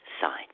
side